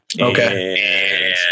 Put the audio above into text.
Okay